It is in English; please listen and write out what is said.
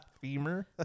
Femur